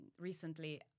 Recently